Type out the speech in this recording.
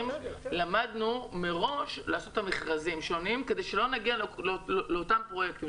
למדנו מראש לעשות שונה את המכרזים כדי שלא נגיע לאותם פרויקטים.